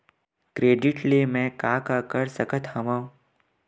Credit ले मैं का का कर सकत हंव?